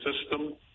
system